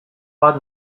bat